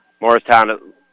Morristown